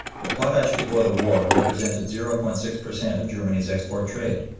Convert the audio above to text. but potash before the war represented zero point six per cent of germany's export trade,